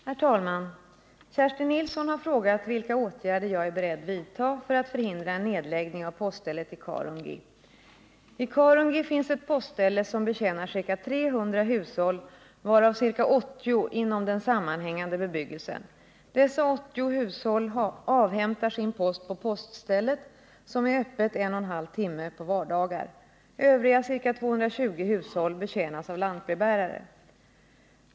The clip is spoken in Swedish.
Herr talman! Kerstin Nilsson har frågat vilka åtgärder jag är beredd vidta för att förhindra en nedläggning av poststället i Karungi. I Karungi finns ett postställe som betjänar ca 300 hushåll, varav ca 80 inom den sammanhängande bebyggelsen. Dessa 80 hushåll avhämtar sin post på poststället som är öppet en och en halv timme på vardagar. Övriga ca 200 hushåll betjänas av lantbrevbärare.